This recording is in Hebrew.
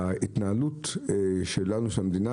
בהתנהלות שלנו של המדינה,